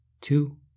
Two